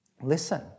listen